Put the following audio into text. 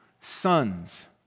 sons